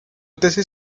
tesis